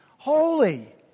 Holy